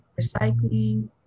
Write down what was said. recycling